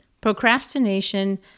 Procrastination